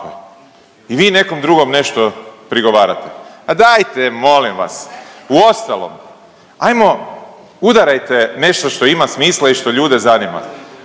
I vi nekom drugom nešto prigovarate. Ma dajte molim vas. Uostalom, ajmo udarajte nešto što ima smisla i što ljude zanima.